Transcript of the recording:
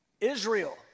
Israel